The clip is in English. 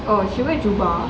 oh she wear jubah